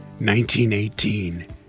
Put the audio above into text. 1918